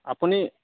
আপুনি